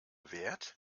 wert